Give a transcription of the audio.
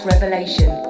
Revelation